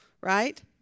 right